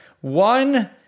one